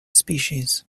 species